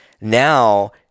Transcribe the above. Now